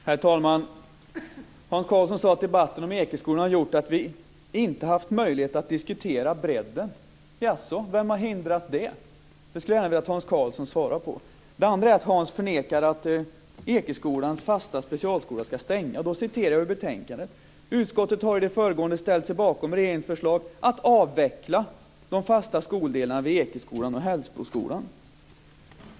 Herr talman! Hans Karlsson sade att debatten om Ekeskolan gjort att vi inte haft möjlighet att diskutera bredden. Jaså, vem har hindrat det? Det skulle jag gärna vilja att Hans Karlsson svarar på. Hans förnekar också att Ekeskolans fasta specialskola ska stängas. Jag läser ur betänkandet: Utskottet har i det föregående ställt sig bakom regeringens förslag att avveckla de fasta skoldelarna vid Ekeskolan och Hällsboskolan.